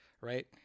right